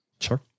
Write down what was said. Sure